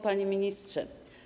Panie Ministrze!